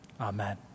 Amen